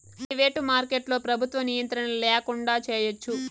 private మార్కెట్లో ప్రభుత్వ నియంత్రణ ల్యాకుండా చేయచ్చు